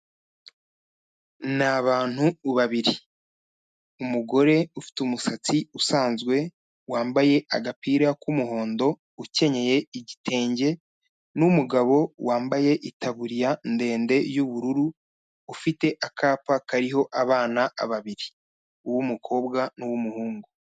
Ni abantu babiri. Umugore ufite umusatsi usanzwe, wambaye agapira k'umuhondo, ukenyeye igitenge n'umugabo wambaye itaburiya ndende y'ubururu, ufite akapa kariho abana babiri. Uw'umukobwa n'uw'umuhungu.